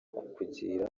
kukugira